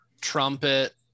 trumpet